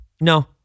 No